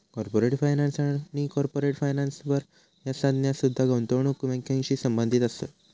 corporate finance आणि corporate financer ह्या संज्ञा सुद्धा गुंतवणूक बँकिंगशी संबंधित असत